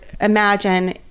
imagine